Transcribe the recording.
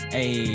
Hey